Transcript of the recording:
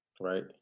Right